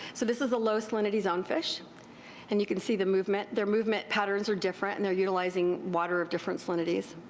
so this is a low salinity zone fish and you can see the movement. their movement patterns are different and theyire utilizing water of different salinities.